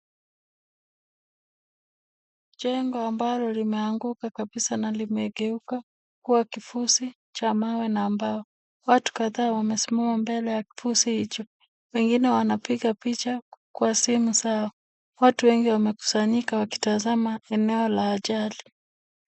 Jengo ambalo limeanguka kabisa na limegeuka juwa kifusi cha mawe na mbao. Watu kadhaa wamesimama mbele ya kifusi hicho. Wengine wanapiga picha kwa simu zao. Watu wengi wamekusanyika wakitazama eneo la ajali.